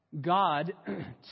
God